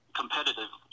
competitive